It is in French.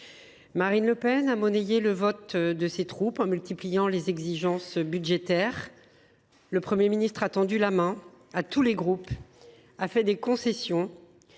Marine Le Pen a monnayé le vote de ses troupes en multipliant les exigences budgétaires. Le Premier ministre a tendu la main à tous les groupes et leur a fait des concessions